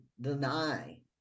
deny